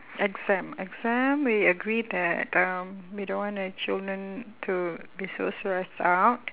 exam exam we agree that uh we don't want the children to be so stressed out